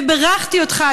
ובירכתי אותך,